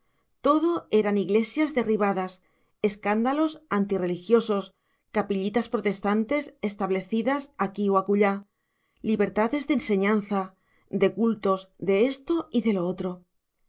todo eran iglesias derribadas escándalos antirreligiosos capillitas protestantes establecidas aquí o acullá libertades de enseñanza de cultos de esto y de lo otro